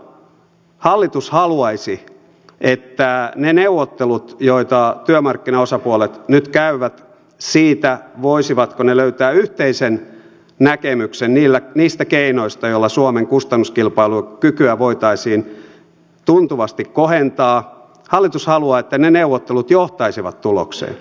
päinvastoin hallitus haluaisi että ne neuvottelut joita työmarkkinaosapuolet nyt käyvät siitä voisivatko ne löytää yhteisen näkemyksen niistä keinoista joilla suomen kustannuskilpailukykyä voitaisiin tuntuvasti kohentaa hallitus haluaa että ne neuvottelut johtaisivat tulokseen